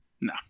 No